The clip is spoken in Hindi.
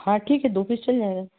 हाँ ठीक है दो पीस चल जाएगा